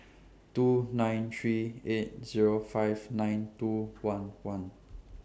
two nine three eight Zero five nine two one one